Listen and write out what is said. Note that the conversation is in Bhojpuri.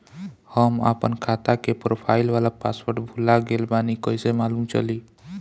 हम आपन खाता के प्रोफाइल वाला पासवर्ड भुला गेल बानी कइसे मालूम चली?